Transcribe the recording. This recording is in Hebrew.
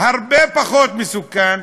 הרבה פחות מסוכן,